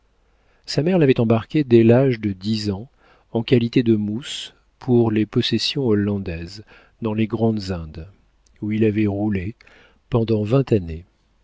sa mère l'avait embarqué dès l'âge de dix ans en qualité de mousse pour les possessions hollandaises dans les grandes indes où il avait roulé pendant vingt années